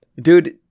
Dude